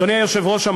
אדוני היושב-ראש,